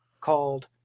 called